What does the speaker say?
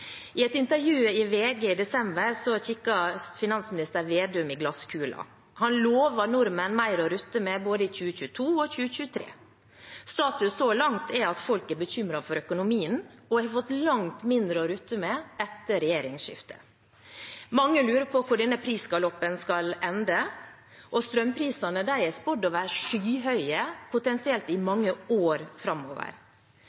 I et intervju i VG i desember kikket finansminister Slagsvold Vedum i glasskula. Han lovte nordmenn mer å rutte med både i 2022 og i 2023. Status så langt er at folk er bekymret for økonomien og har fått langt mindre å rutte med etter regjeringsskiftet. Mange lurer på hvor denne prisgaloppen skal ende, og strømprisene er spådd å være skyhøye, potensielt i